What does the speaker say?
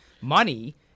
money